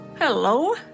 Hello